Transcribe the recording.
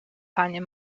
panie